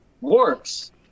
works